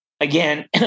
Again